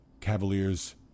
Cavaliers